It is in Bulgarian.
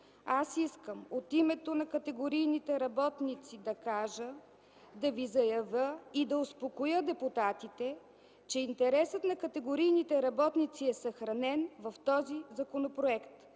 „Аз искам от името на категорийните работници да кажа, да ви заявя и да успокоя депутатите, че интересът на категорийните работници е съхранен в този законопроект.